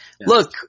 Look